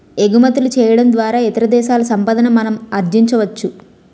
ఎగుమతులు చేయడం ద్వారా ఇతర దేశాల సంపాదన మనం ఆర్జించవచ్చు